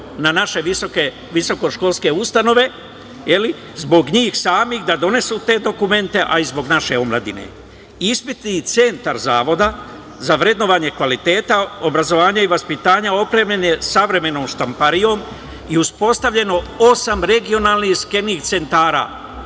na naše visokoškolske ustanove, zbog njih samih da donesu te dokumente, ali i zbog naše omladine. Ispitni centar zavoda, za vrednovanje kvaliteta, obrazovanja i vaspitanja, opremljen je savremenom štamparijom i uspostavljeno je osam regionalnih centara,